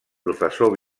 professor